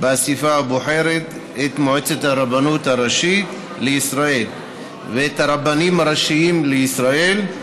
באספה הבוחרת את מועצת הרבנות הראשית לישראל ואת הרבנים הראשיים לישראל.